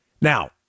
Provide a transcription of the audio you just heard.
Now